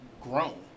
grown